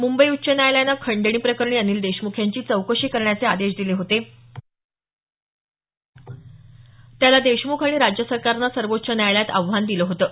मुंबई उच्च न्यायालयानं खंडणी प्रकरणी अनिल देशमुख यांची चौकशी करण्याचे आदेश दिले होते त्याला देशमुख आणि राज्य सरकारनं सर्वोच्च न्यायालयात आव्हान दिलं होतं